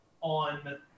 on